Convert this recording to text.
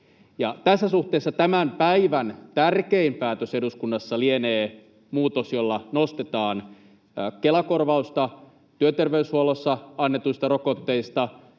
Tässä suhteessa tämän päivän tärkein päätös eduskunnassa lienee muutos, jolla nostetaan Kela-korvausta työterveyshuollossa annetuista rokotteista.